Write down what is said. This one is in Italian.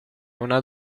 una